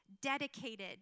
dedicated